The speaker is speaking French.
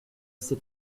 sait